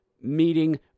meeting